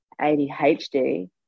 ADHD